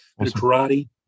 karate